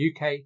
UK